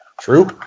True